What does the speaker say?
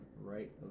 right